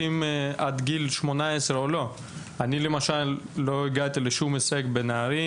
או לא הגיע להישגים עד גיל 18. אני לא הגעתי לשום הישג בנערים